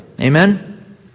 Amen